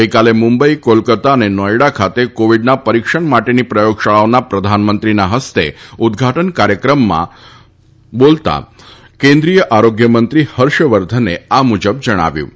ગઈકાલે મુંબઈ કોલકતા અને નોઇડા ખાતે કોવિડના પરિક્ષણ માટેની પ્રયોગશાળાઓના પ્રધાનમંત્રીના હસ્તે ઉદઘાટન કાર્યક્રમમાં કેન્રી ોય આરોગ્યમંત્રી હર્ષવર્ષને આ મુજબ જણાવ્યું હતું